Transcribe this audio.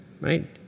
right